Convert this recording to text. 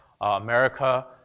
America